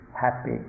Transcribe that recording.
happy